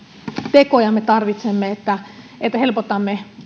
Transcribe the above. tekoja me tarvitsemme että että helpotamme